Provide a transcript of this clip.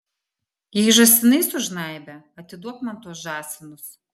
jei žąsinai sužnaibė atiduok man tuos žąsinus